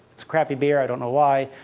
it's crappy beer. i don't know why.